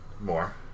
More